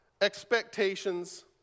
expectations